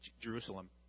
Jerusalem